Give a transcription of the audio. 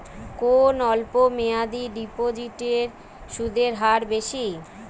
কোন অল্প মেয়াদি ডিপোজিটের সুদের হার বেশি?